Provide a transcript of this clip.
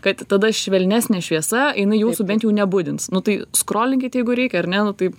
kad tada švelnesnė šviesa jinai jūsų bent jų nebudins nu tai skrolinkit jeigu reikia ar ne nu taip